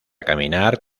caminar